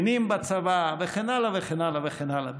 קצינים בצבא, וכן הלאה וכן הלאה וכן הלאה.